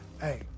hey